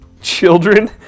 Children